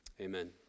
Amen